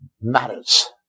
matters